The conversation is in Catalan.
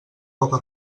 poc